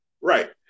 Right